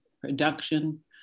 production